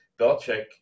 Belichick